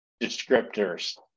descriptors